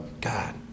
God